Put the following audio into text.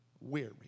weary